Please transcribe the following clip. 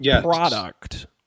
product